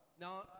Now